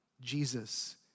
Jesus